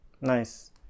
Nice